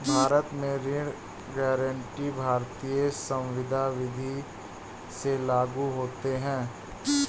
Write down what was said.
भारत में ऋण गारंटी भारतीय संविदा विदी से लागू होती है